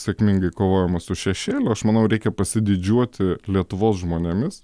sėkmingai kovojama su šešėliu aš manau reikia pasididžiuoti lietuvos žmonėmis